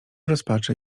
rozpaczy